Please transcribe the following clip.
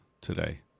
today